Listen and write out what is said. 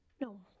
No